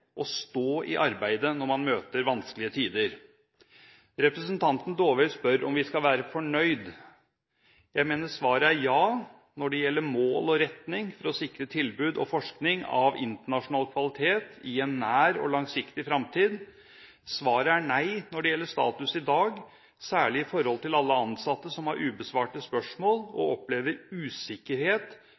å stå i arbeidet når man møter vanskelige tider. Representanten Dåvøy spør om vi skal være fornøyd. Jeg mener svaret er ja når det gjelder mål og retning for å sikre tilbud og forskning av internasjonal kvalitet i en nær og langsiktig fremtid. Svaret er nei når det gjelder status i dag, særlig i forhold til alle ansatte som har ubesvarte spørsmål og opplever usikkerhet,